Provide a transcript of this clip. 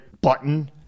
button